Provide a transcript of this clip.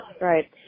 Right